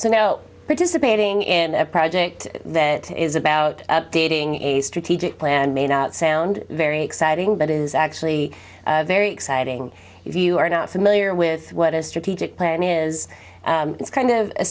no participating in a project that is about updating a strategic plan may not sound very exciting but is actually very exciting if you are not familiar with what a strategic plan is it's kind of a